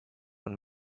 und